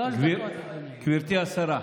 גברתי השרה,